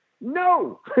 no